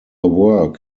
work